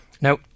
Now